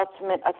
ultimate